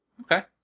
Okay